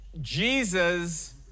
Jesus